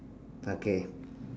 okay